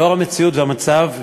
בעקבות המציאות והמצב,